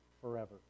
forever